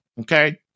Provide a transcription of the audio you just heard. Okay